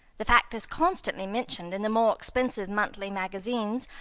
the fact is constantly mentioned in the more expensive monthly magazines,